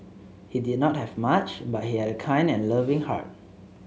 he did not have much but he had a kind and loving heart